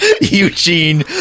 Eugene